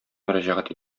мөрәҗәгать